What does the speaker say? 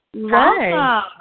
Hi